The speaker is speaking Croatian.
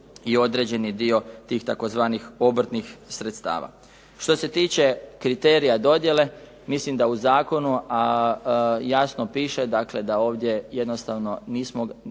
i određeni dio tih tzv. obrtnih sredstava. Što se tiče kriterija dodjele, mislim da u zakonu jasno piše da ovdje jednostavno nismo